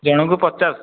ଜଣଙ୍କୁ ପଚାଶ